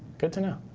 good to know.